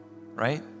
right